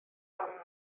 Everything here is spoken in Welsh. awr